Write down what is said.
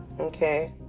okay